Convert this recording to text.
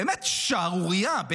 באמת, שערורייה.